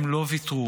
הם לא ויתרו.